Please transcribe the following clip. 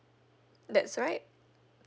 that's right